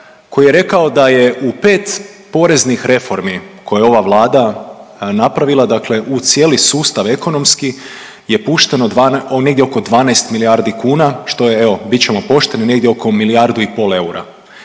koji je rekao da je u 5 poreznih reformi koje je ova Vlada napravila, dakle u cijeli sustav ekonomski je pušteno negdje oko 12 milijardi kuna što je evo bit ćemo pošteni negdje oko milijardu i pol eura.